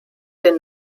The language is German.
den